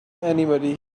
anybody